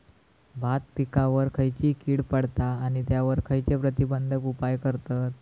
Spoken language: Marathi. भात पिकांवर खैयची कीड पडता आणि त्यावर खैयचे प्रतिबंधक उपाय करतत?